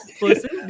person